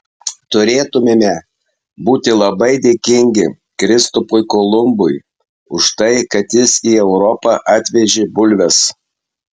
turėtumėme būti labai dėkingi kristupui kolumbui už tai kad jis į europą atvežė bulves